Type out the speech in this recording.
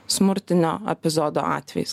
smurtinio epizodo atvejis